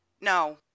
No